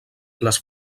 les